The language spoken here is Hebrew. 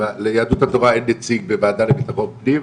ליהדות התורה אין פה נציג בוועדה לביטחון פנים,